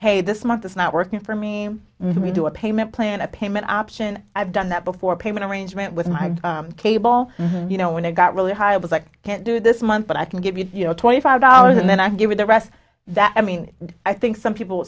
hey this month is not working for me we do a payment plan a payment option i've done that before payment arrangement with my cable you know when i got really high i was like can't do this month but i can give you twenty five dollars and then i give you the rest that i mean i think some people